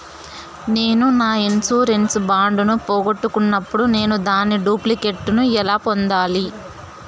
నేను నా insurance bond ను పోగొట్టుకున్నప్పుడు నేను దాని డూప్లికేట్ ను ఎలా పొందాలి?